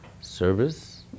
service